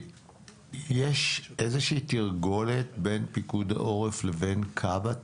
יש תרגולת בין פיקוד העורף לבין כיבוי אש?